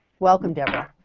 welcome, deborah.